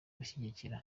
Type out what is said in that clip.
gushyigikira